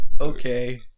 okay